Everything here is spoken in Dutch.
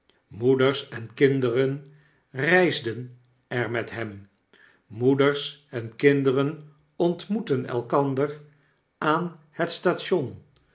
moeders en kinderen reisden er met hem moeders en kinderen ontmoetten elkander aan het station